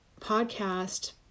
podcast